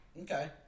Okay